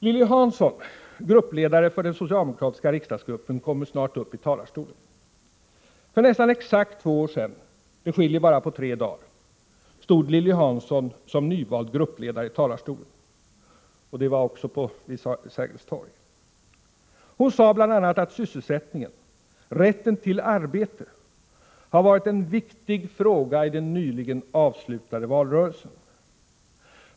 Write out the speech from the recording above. Lilly Hansson, gruppledare för den socialdemokratiska riksdagsgruppen, kommer snart upp i debatten. För nästan exakt två år sedan — det skiljer bara på tre dagar — stod Lilly Hansson som nyvald gruppledare i talarstolen i det dåvarande riksdagshuset vid Sergels torg. Hon sade bl.a. att sysselsättningen, rätten till arbete, har varit en viktig fråga i den nyligen avslutade valrörelsen.